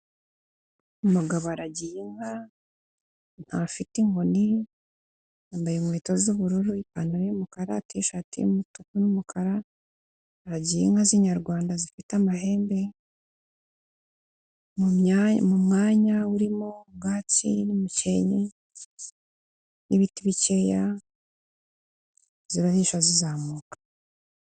Umugabo aragiye inka, ntafite inkoni, yambaye inkweto z'ubururu, ipantaro y'umukara, t shati y'umutuku n'umukara, aragiye inka z'inyarwanda zifite amahembe, mu mwanya urimo ubwatsi n'umukenke n'ibiti bikeya, zirahisha zizamuka.